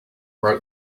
broke